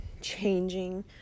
changing